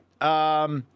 right